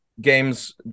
games